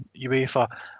UEFA